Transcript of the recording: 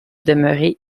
demeuré